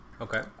Okay